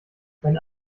mein